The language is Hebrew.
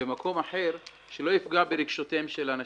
במקום אחר שלא יפגע ברגשותיהם של אנשים.